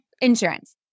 insurance